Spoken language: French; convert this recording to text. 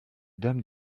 dame